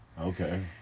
Okay